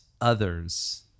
others